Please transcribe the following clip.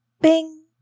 Bing